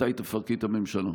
מתי תפרקי את הממשלה?